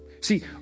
See